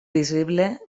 visible